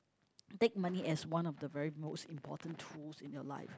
take money as one of the very most important tools in your life